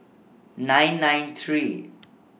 nine nine three